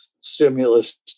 stimulus